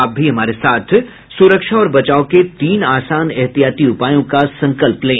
आप भी हमारे साथ सुरक्षा और बचाव के तीन आसान एहतियाती उपायों का संकल्प लें